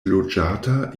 loĝata